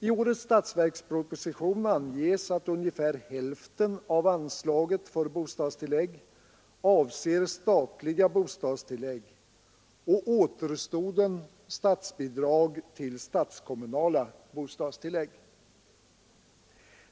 I årets statsverksproposition anges att ungefär hälften av anslaget för bostadstillägg avser statliga bostadstillägg och återstoden statsbidrag till statskommunala bostadstillägg.